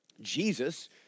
Jesus